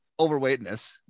overweightness